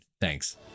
Thanks